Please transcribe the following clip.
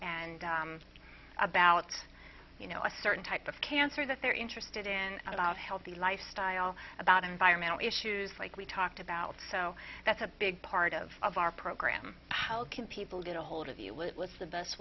and about you know a certain type of cancer that they're interested in and about healthy lifestyle about environmental issues like we talked about so that's a big part of of our program how can people get ahold of you what was the best